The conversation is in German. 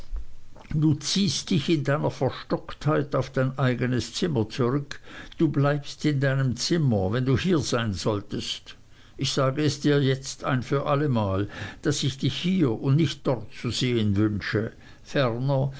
du ziehst dich in deiner verstocktheit auf dein eignes zimmer zurück du bleibst in deinem zimmer wenn du hier sein solltest ich sage es dir jetzt ein für allemal daß ich dich hier und nicht dort zu sehen wünsche ferner